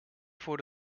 voor